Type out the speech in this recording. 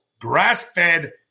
grass-fed